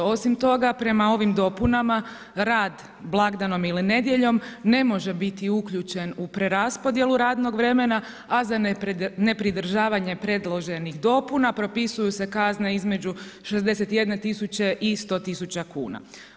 Osim toga, prema ovim dopunama, rad blagdanom ili nedjeljom ne može biti uključen za preraspodjelu radnog vremena, a za nepridržavanje predloženih dopuna, propisuju se kazne između 61 tisuće i 100 tisuće kn.